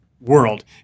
world